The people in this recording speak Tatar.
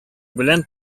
белән